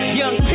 young